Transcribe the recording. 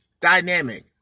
dynamic